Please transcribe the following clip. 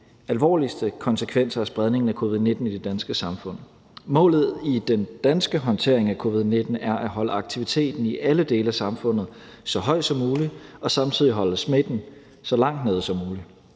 alvorligste konsekvenser af spredningen af covid-19 i det danske samfund. Målet i den danske håndtering af covid-19 er at holde aktiviteten i alle dele af samfundet så høj som muligt og samtidig holde smitten så langt nede som muligt.